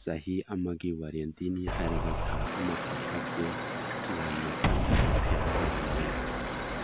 ꯆꯍꯤ ꯑꯃꯒꯤ ꯋꯥꯔꯦꯟꯇꯤꯅꯤ ꯍꯥꯏꯔꯒ ꯊꯥ ꯑꯃꯐꯥꯎ ꯆꯠꯇꯦ ꯌꯥꯝꯅ ꯐꯠꯇꯕ ꯐꯦꯜ ꯑꯣꯏꯔꯝꯂꯦ